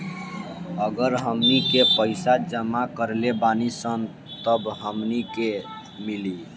अगर हमनी के पइसा जमा करले बानी सन तब हमनी के मिली